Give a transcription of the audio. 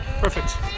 Perfect